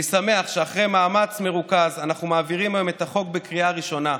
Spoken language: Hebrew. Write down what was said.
אני שמח שאחרי מאמץ מרוכז אנחנו מעבירים היום את החוק בקריאה ראשונה.